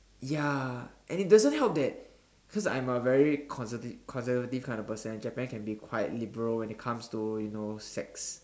ya and it doesn't help that cause I'm a very conservative kind of person and Japan can be quite liberal when it comes to you know sex